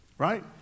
right